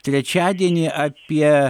trečiadienį apie